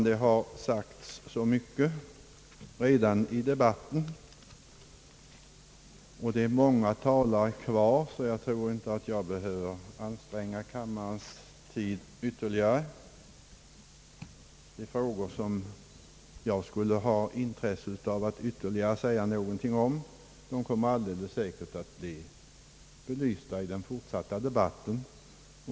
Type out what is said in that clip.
Det har redan sagts så mycket i debatten, och det är många talare kvar, att jag inte tror att jag behöver anstränga kammarens tid ytterligare. De frågor som jag skulle ha intresse av att ytterligare säga något om kommer alldeles säkert att bli belysta i den fortsatta debatten.